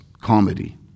comedy